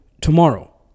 tomorrow